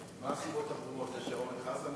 רוברט אילטוב, יוליה